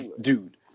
dude